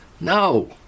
No